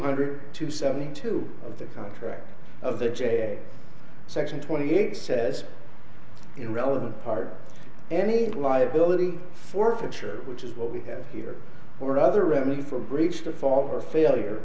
hundred two seventy two of the contract of the section twenty eight says in relevant part any liability forfeiture which is what we have here or other remedy for breach the former failure